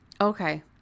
Okay